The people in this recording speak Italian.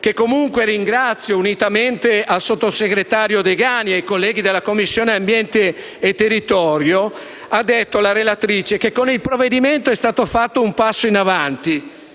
che comunque ringrazio, unitamente al sottosegretario Degani e ai colleghi della Commissione ambiente e territorio, ha detto che con il provvedimento è stato fatto un passo in avanti.